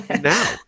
Now